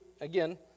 Again